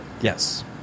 Yes